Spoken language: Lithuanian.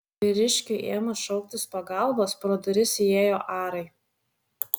vyriškiui ėmus šauktis pagalbos pro duris įėjo arai